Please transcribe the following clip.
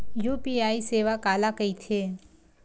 UPI सेवा काला कइथे?